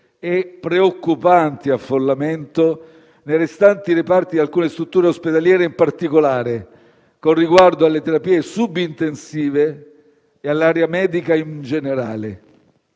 e preoccupante affollamento nei restanti reparti di alcune strutture ospedaliere in particolare, con riguardo alle terapie sub-intensive e all'area medica in generale.